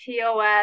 TOS